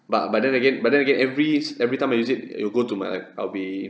but but then again but then again every every time I use it it'll go to my I'll be